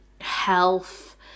Health